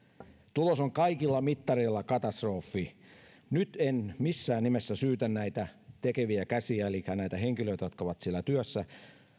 tulos on kaikilla mittareilla katastrofi nyt en missään nimessä syytä näitä tekeviä käsiä elikkä näitä henkilöitä jotka ovat siellä työssä